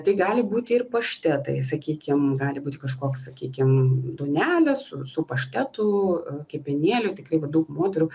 tai gali būti ir paštetai sakykim gali būti kažkoks sakykim duonelė su su paštetu kepenėlių tikrai va daug moterų